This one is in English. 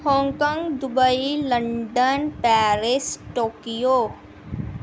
Hong Kong Dubai London Paris Tokyo